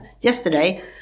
Yesterday